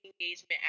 engagement